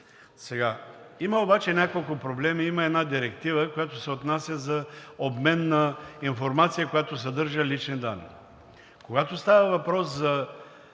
групи. Има обаче няколко проблемa. Има една директива, която се отнася за обмена на информацията, която съдържа лични данни. Когато става въпрос